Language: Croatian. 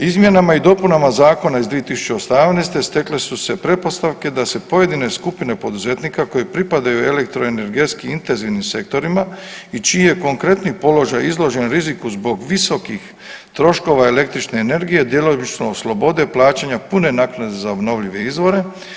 Izmjenama i dopunama zakona iz 2018. stekle su se pretpostavke da se pojedine skupine poduzetnika koji pripadaju elektroenergetskim intenzivnim sektorima i čiji je konkretni položaj izložen riziku zbog visokih troškova električne energije djelomično oslobode plaćanja pune naknade za obnovljive izvore.